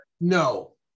No